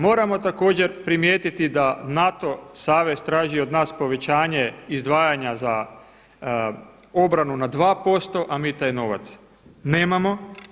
Moramo također primijetiti da NATO savez traži od nas povećanje izdvajanja za obranu na 2%, a mi taj novac nemamo.